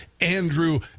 Andrew